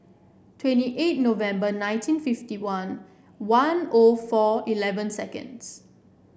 twenty eight November nineteen fifty one one O four eleven seconds